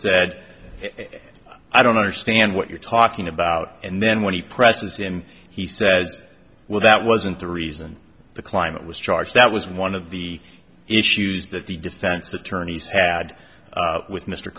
said i don't understand what you're talking about and then when he presses and he says well that wasn't the reason the climate was charged that was one of the issues that the defense attorneys had with m